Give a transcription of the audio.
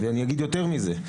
ואני אומר יותר מזה,